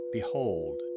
Behold